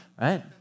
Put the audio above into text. right